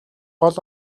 гол